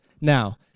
Now